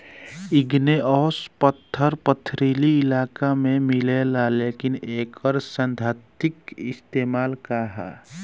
Igneous पत्थर पथरीली इलाका में मिलेला लेकिन एकर सैद्धांतिक इस्तेमाल का ह?